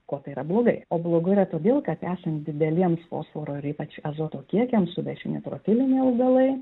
kuo tai yra blogai o blogai yra todėl kad esant dideliems fosforo ir ypač azoto kiekiams suveši netrofiliniai augalai